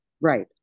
Right